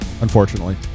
Unfortunately